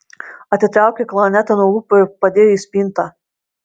atitraukė klarnetą nuo lūpų ir padėjo į spintą